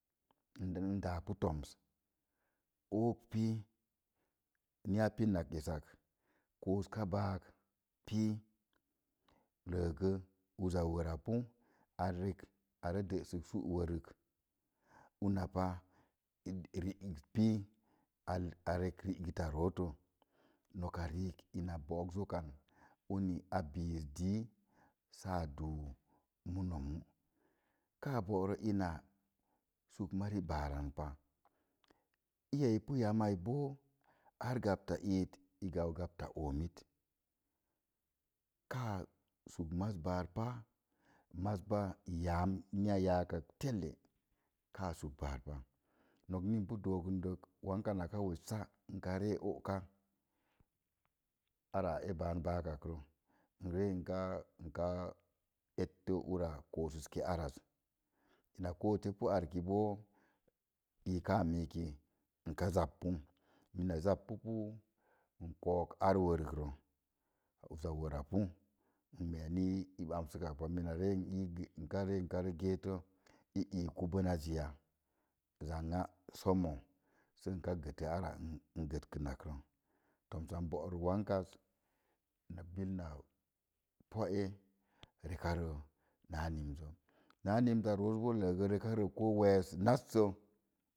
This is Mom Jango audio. N dáá pu tooms ni n pin ak esak kóósə báák pii le gə uza worapu a rek a re dasək sú wórik rə wuna pa rigət pii a rek riigətta rootə nok riik ina bó'ók zok an a biss dii sáá dúú muno muu, káá bóóro ina súk mari bááran pa iya i pu yam boo ar gat iit i gab gabta oomit ka súg maz bar pa yaam ni a ya'ak tele ka súg bar nok n i sə i dookən də woonka naka wessa n ka re ooka ar a ban báak n ka etə ura ka kosəse ara óóka, ara e ban báá ak rə sə tətə ur kosə ar az nka zabpapu sə i ka re ar wer pu rə sə n ka gee i iiku bənazi soomo sə ka sətə ara n gotəkən zə ni bu kombə wess názzə